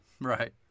Right